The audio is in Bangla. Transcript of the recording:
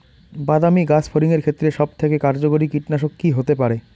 বাদামী গাছফড়িঙের ক্ষেত্রে সবথেকে কার্যকরী কীটনাশক কি হতে পারে?